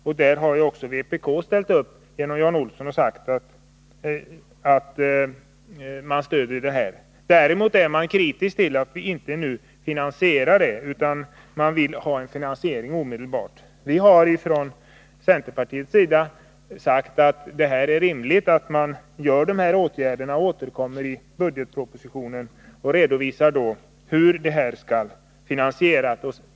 Även vpk har ju ställt upp och sagt att man stöder förslaget. Däremot är man kritisk mot att vi inte nu finansierar förslaget — man vill ha en finansiering omedelbart. Vi har från centerpartiets sida sagt att det är rimligt att vi vidtar dessa åtgärder och återkommer i budgetpropositionen och då redovisar hur åtgärderna skall finansieras.